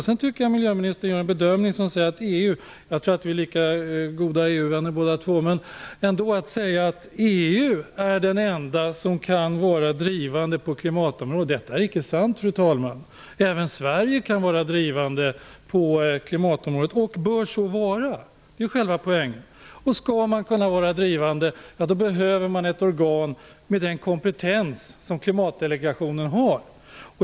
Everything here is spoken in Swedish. Sedan säger ministern att EU - jag tror att vi är lika goda EU-vänner båda två - är det enda organ som kan vara pådrivande på klimatområdet. Detta är icke sant, fru talman. Även Sverige kan vara drivande på klimatområdet och bör så vara. Det är själva poängen. Skall man kunna vara drivande behöver man ett organ med den kompetens som Klimatdelegationen har.